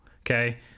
okay